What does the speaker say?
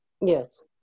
Yes